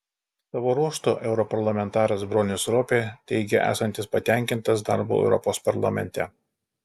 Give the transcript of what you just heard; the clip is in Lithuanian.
savo ruožtu europarlamentaras bronis ropė teigė esantis patenkintas darbu europos parlamente